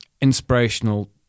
inspirational